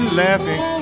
laughing